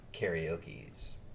karaoke's